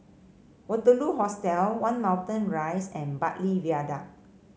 Waterloo Hostel One Moulmein Rise and Bartley Viaduct